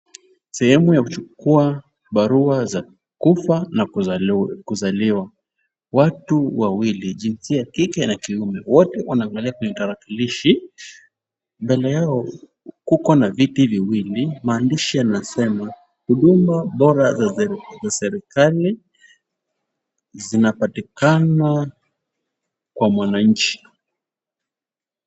Sehemu ya kuchukua barua za kufa na kuzaliwa, watu wawili jinsia ya kike na kiume wote wanaangalia kwenye tarakilishi. Mbele yao kuko na viti viwili maandishi yanasema "huduma bora za serikali zinapatikana kwa mwananchi".